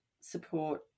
support